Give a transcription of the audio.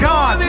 God